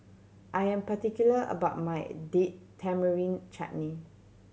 I am particular about my Date Tamarind Chutney